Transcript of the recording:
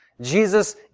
Jesus